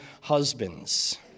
husbands